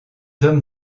hommes